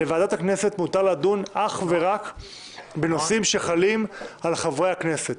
לוועדת הכנסת מותר לדון אך ורק בנושאים שחלים על חברי הכנסת.